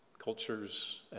Cultures